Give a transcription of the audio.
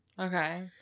Okay